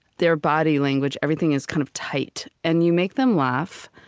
their body language, everything is kind of tight. and you make them laugh,